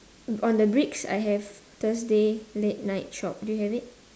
on the bricks I have thursday late night shop do you have it